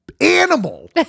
animal